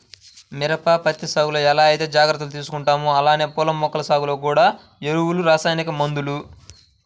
మిరప, పత్తి సాగులో ఎలా ఐతే జాగర్తలు తీసుకుంటామో అలానే పూల మొక్కల సాగులో గూడా ఎరువులు, రసాయనిక మందులు